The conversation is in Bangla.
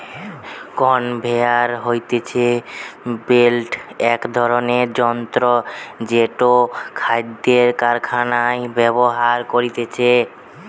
কনভেয়র হতিছে বেল্ট এক ধরণের যন্ত্র জেটো খাদ্য কারখানায় ব্যবহার করতিছে